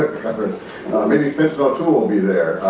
there's maybe fintan o'toole will be there.